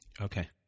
Okay